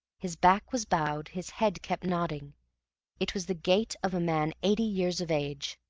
his back was bowed, his head kept nodding it was the gait of a man eighty years of age.